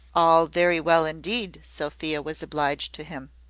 all very well, indeed, sophia was obliged to him.